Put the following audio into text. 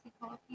coffee